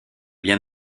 bien